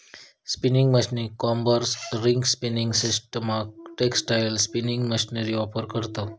spinning मशीनीक combers, ring spinning सिस्टमाक textile spinning machinery offer करतव